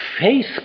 faith